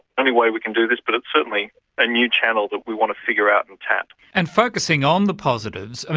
only way we can do this but it's certainly a new channel that we want to figure out and tap. and focusing on the positives,